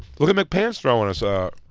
look at mcpants throwing us a.